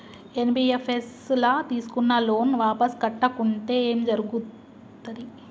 NBFS ల తీస్కున్న loan వాపస్ కట్టకుంటే ఏం జర్గుతది?